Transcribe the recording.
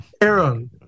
Aaron